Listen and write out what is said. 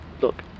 Look